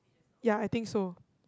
ya I think so